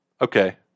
Okay